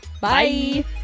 Bye